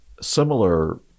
similar